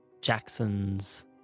jackson's